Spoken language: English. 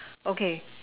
okay